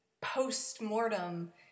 post-mortem